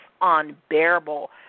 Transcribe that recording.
unbearable